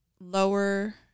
lower